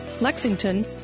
Lexington